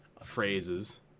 phrases